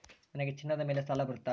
ನನಗೆ ಚಿನ್ನದ ಮೇಲೆ ಸಾಲ ಬರುತ್ತಾ?